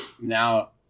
Now